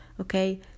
okay